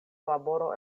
laboro